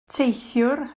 teithiwr